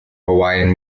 hawaiian